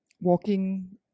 walking